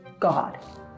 God